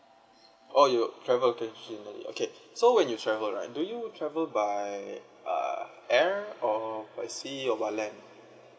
oh you travel occasionally okay so when you travel right do you travel by uh air or by sea or by land